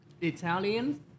Italian